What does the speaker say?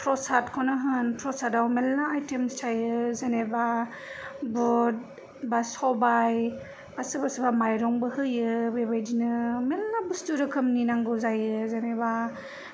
फ्रसाथखौनो होन फ्रसादाव मेरला आइथोमस थायो जेनोबा बुद बा सबाय आर सोरबा सोरबा मायरंबो होयो बेबायदिनो मेरला बस्थु रोखोमनि नांगौ जायो जेनोबा